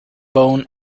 bone